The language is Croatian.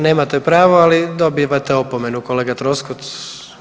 Nemate pravo, ali dobivate opomenu, kolega Troskot.